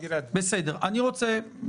בדיוק, חברי כנסת פנויים.